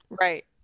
Right